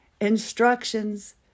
instructions